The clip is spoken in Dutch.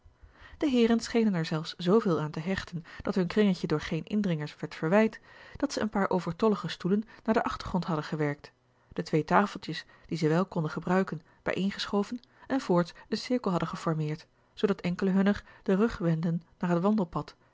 de heeren schenen er zelfs zooveel aan te hechten dat hun kringetje door geen indringers werd verwijd dat zij een paar overtollige stoelen naar den achtergrond hadden gewerkt de twee tafeltjes die zij wel konden gebruiken bijeengeschoven en voorts een cirkel hadden geformeerd zoodat enkelen hunner den rug wendden naar het wandelpad